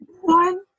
One